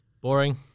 Boring